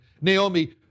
Naomi